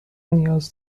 نیاز